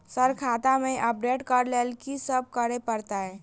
Sir खाता केँ update करऽ लेल की सब करै परतै?